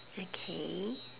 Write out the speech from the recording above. okay